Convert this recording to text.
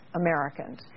americans